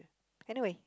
anyway